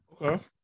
Okay